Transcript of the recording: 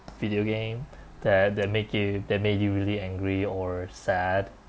video game that that make you that made you really angry or sad